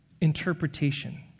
interpretation